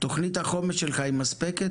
תוכנית החומש שלך היא מספקת?